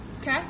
Okay